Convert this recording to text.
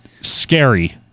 scary